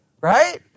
right